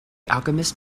alchemist